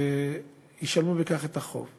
וישלמו בכך את החוב.